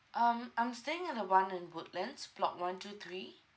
um I'm staying at the one in woodlands block one two three